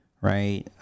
right